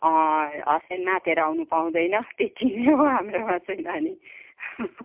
husband मातेर आउनु पाउँदैन त्यति नै हो हाम्रोमा चाहिँ नानी